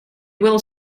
will